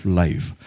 life